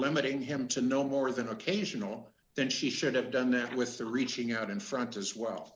limiting him to no more than occasional then she should have done that with the reaching out in front as